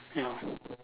ya